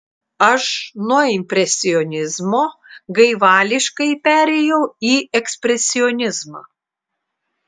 aš nuo impresionizmo gaivališkai perėjau į ekspresionizmą